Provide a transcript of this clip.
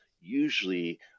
usually